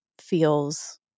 feels